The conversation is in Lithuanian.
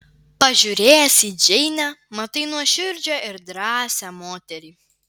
pažiūrėjęs į džeinę matai nuoširdžią ir drąsią moterį